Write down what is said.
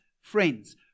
friends